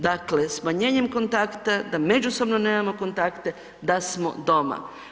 Dakle, smanjenjem kontakta, da međusobno nemamo kontakte, da smo doma.